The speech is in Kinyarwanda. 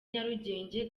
nyarugenge